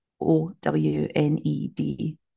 O-W-N-E-D